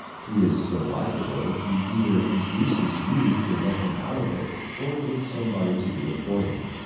he is so likable he either induces you to let him out of it or gets somebody to do it for him.